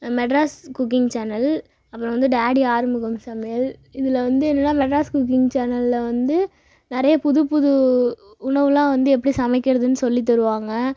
Madras cooking channel அப்புறம் வந்து daddy Arumugam சமையல் இதில் வந்து என்னென்னா மெட்ராஸ் குக்கிங் சேனலில் வந்து நெறையா புதுப்புது உணவுலாம் வந்து எப்படி சமைக்கிறதுனு சொல்லி தருவாங்கள்